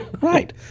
right